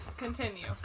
Continue